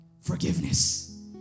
Forgiveness